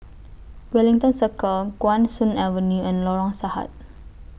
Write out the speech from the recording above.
Wellington Circle Guan Soon Avenue and Lorong Sahad